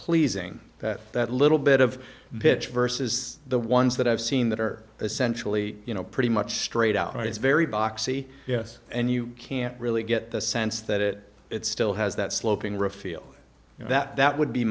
pleasing that that little bit of bitch versus the ones that i've seen that are essentially you know pretty much straight out right it's very boxy yes and you can't really get the sense that it still has that sloping roof feel that that would be